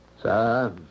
Sir